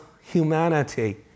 humanity